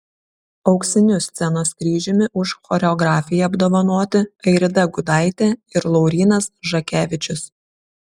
auksiniu scenos kryžiumi už choreografiją apdovanoti airida gudaitė ir laurynas žakevičius